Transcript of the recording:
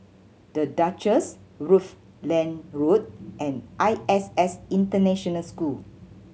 The Duchess Rutland Road and I S S International School